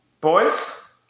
Boys